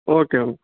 okay ma'am